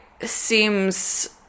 seems